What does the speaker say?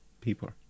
people